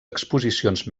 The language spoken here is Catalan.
exposicions